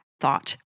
thought